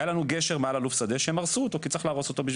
היה לנו גשר מעל האלוף שדה שהם הרסו אותו כי צריך להרוס אותו.